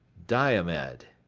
diomed,